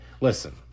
Listen